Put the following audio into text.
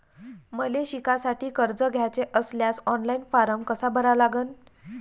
मले शिकासाठी कर्ज घ्याचे असल्यास ऑनलाईन फारम कसा भरा लागन?